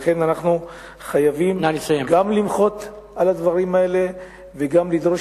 ולכן אנחנו חייבים גם למחות על הדברים האלה וגם לדרוש